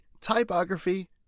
typography